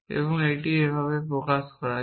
এবং এটি যেভাবে এখানে প্রয়োগ করা হয়